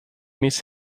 miss